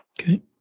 Okay